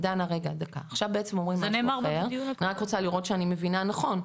אני רק רוצה לראות שאני מבינה נכון.